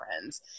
friends